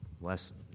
lesson